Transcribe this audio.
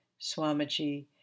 Swamiji